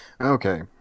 Okay